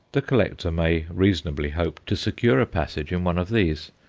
the collector may reasonably hope to secure a passage in one of these,